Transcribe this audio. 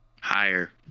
Higher